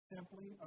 Simply